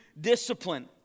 discipline